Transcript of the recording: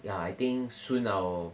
ya I think soon I will